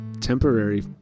temporary